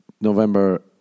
November